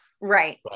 Right